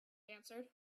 answered